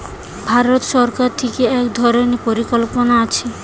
ভারত সরকার থিকে এক ধরণের পরিকল্পনা আছে